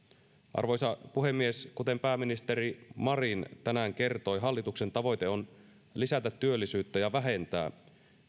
arvoisa puhemies kuten pääministeri marin tänään kertoi hallituksen tavoite on lisätä työllisyyttä ja vähentää